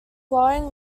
flowing